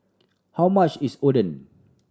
how much is Oden